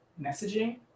messaging